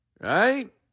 right